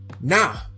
Now